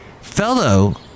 fellow